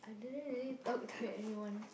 I didn't really talk to anyone